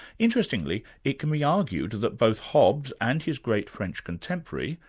interestingly, it can be argued that both hobbes and his great french contemporary,